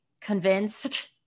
convinced